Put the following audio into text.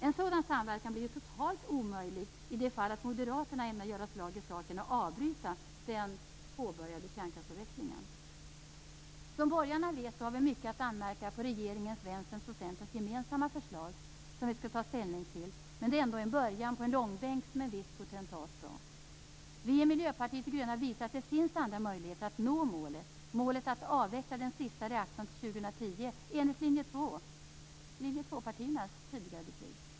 En sådan samverkan blir ju totalt omöjlig i det fall att moderaterna ämnar göra slag i saken och avbryta den påbörjade kärnkraftsavvecklingen. Som borgarna vet har vi mycket att anmärka på regeringens, Vänsterns och Centerns gemensamma förslag som vi skall ta ställning till, men det är ändå en början på en långbänk, som en viss potentat sade. Vi i Miljöpartiet de gröna visar att det finns andra möjligheter att nå målet att avveckla den sista reaktorn till 2010 enligt linje 2-partiernas tidigare beslut.